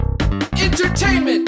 Entertainment